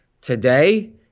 today